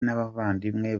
n’abavandimwe